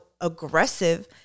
aggressive